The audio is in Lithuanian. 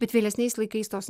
bet vėlesniais laikais tos